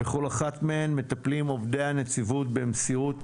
בכל אחת מהן מטפלים עובדי הנציבות במסירות,